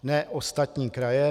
Ne ostatní kraje.